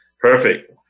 perfect